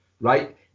Right